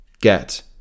get